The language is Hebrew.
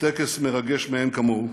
בטקס מרגש מאין כמוהו,